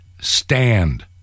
stand